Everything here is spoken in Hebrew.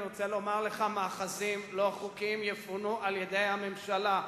אני רוצה לומר לך: מאחזים לא חוקיים יפונו על-ידי הממשלה.